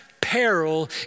peril